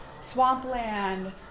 swampland